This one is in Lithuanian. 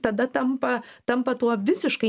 tada tampa tampa tuo visiškai